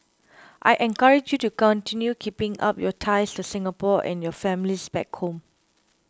I encourage you to continue keeping up your ties to Singapore and your families back home